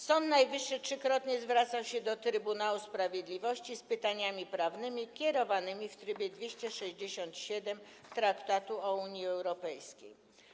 Sąd Najwyższy trzykrotnie zwracał się do Trybunału Sprawiedliwości z pytaniami prawnymi kierowanymi w trybie art. 267 traktatu o Unii Europejskiej.